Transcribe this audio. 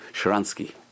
Sharansky